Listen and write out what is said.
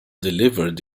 delivered